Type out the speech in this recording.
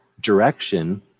direction